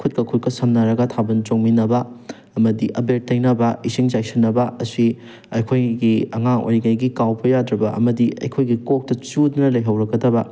ꯈꯨꯠꯀ ꯈꯨꯠꯀ ꯁꯝꯅꯔꯒ ꯊꯥꯕꯜ ꯆꯣꯡꯃꯤꯟꯅꯕ ꯑꯃꯗꯤ ꯑꯕꯦꯔ ꯇꯩꯅꯕ ꯏꯁꯤꯡ ꯆꯥꯏꯁꯟꯅꯕ ꯑꯁꯤ ꯑꯩꯈꯣꯏꯒꯤ ꯑꯉꯥꯡ ꯑꯣꯏꯔꯤꯉꯩꯒꯤ ꯀꯥꯎꯕ ꯌꯥꯗ꯭ꯔꯕ ꯑꯃꯗꯤ ꯑꯩꯈꯣꯏꯒꯤ ꯀꯣꯛꯇ ꯆꯨꯗꯨꯅ ꯂꯩꯍꯧꯔꯒꯗꯕ